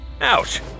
Ouch